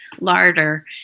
larder